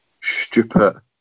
stupid